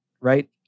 right